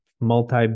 multi